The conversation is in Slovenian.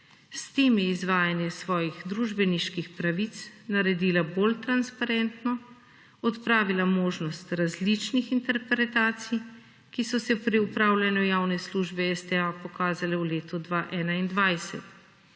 S tem je izvajanje svojih družbeniških pravic naredila bolj transparentno, odpravila možnost različnih interpretacij, ki so se pri opravljanju javne službe STA pokazale v letu 2021.